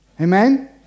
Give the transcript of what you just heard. Amen